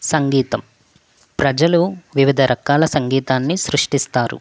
సంగీతం ప్రజలు వివిధ రకాల సంగీతాన్ని సృష్టిస్తారు